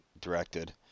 directed